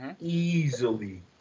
Easily